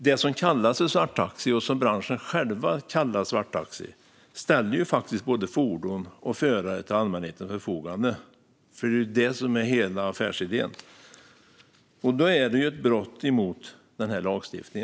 Det som kallas för svarttaxi, och som branschen själv kallar för svarttaxi, ställer faktiskt både fordon och förare till allmänhetens förfogande; det är hela affärsidén. Då är det alltså ett brott mot denna lagstiftning.